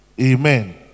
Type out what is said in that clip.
Amen